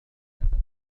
المنتزه